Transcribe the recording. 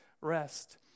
rest